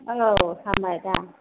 औ हामबाय दा